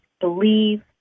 Believe